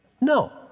No